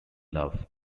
love